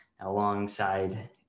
alongside